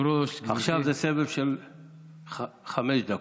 עכשיו זה סבב של חמש דקות.